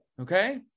Okay